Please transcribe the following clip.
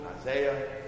Isaiah